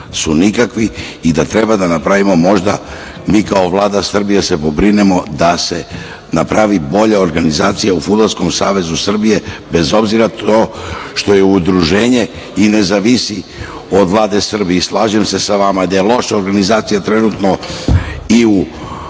su nikakvi i da treba možda mi kao Vlada Srbije da se pobrinemo da se napravi bolja organizacija u Fudbalskom savezu Srbije, bez obzira na to što je udruženje i ne zavisi od Vlade Srbije. Slažem se sa vama da je loša organizacija trenutno i u